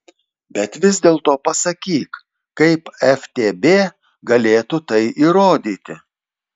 bet vis dėlto pasakyk kaip ftb galėtų tai įrodyti